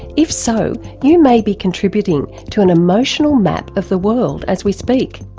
if so, you may be contributing to an emotional map of the world as we speak.